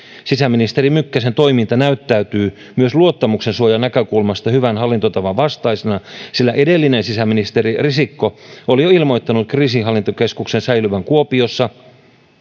sisäministeri mykkäsen toiminta näyttäytyy myös luottamuksensuojan näkökulmasta hyvän hallintotavan vastaisena sillä edellinen sisäministeri risikko oli jo ilmoittanut kriisinhallintakeskuksen säilyvän kuopiossa